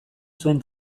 zuen